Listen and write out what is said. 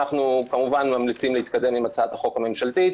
אנחנו כמובן ממליצים להתקדם עם הצעת החוק הממשלתית,